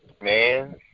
man